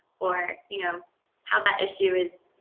or you know how that issue is